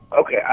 Okay